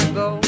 go